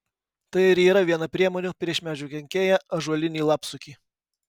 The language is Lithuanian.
tai ir yra viena priemonių prieš medžių kenkėją ąžuolinį lapsukį